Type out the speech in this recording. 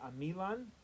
amilan